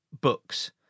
books